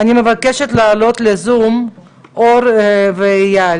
אני מבקשת להעלות לזום את אור ואייל,